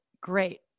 great